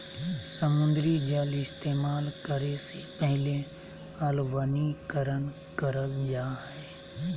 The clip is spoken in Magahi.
समुद्री जल इस्तेमाल करे से पहले अलवणीकरण करल जा हय